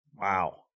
Wow